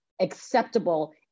acceptable